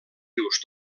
rius